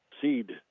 seed